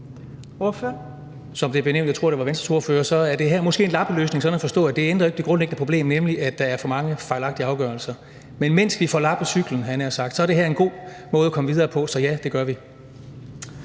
Som det blev nævnt – jeg tror, det var af Venstres ordfører – er det her måske en lappeløsning sådan at forstå, at det ikke ændrer det grundlæggende problem, nemlig at der er for mange fejlagtige afgørelser. Men mens vi får lappet cyklen, havde jeg nær sagt, er det her en god måde at komme videre på. Så ja, det gør vi.